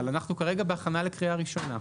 אבל כרגע אנחנו בהכנה לקריאה ראשונה.